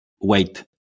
wait